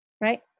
right